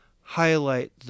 highlight